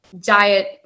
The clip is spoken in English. diet